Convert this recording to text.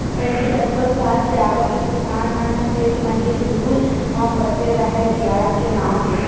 पहिली कतको साल के आवत ले किसान मन ह सेठ मनके चुगुल म फसे राहय बियाज के नांव ले